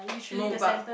no but